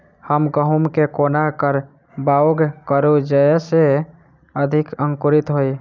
हम गहूम केँ कोना कऽ बाउग करू जयस अधिक अंकुरित होइ?